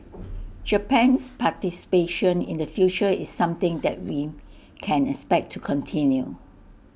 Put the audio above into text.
Japan's participation in the future is something that we can expect to continue